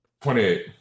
28